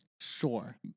sure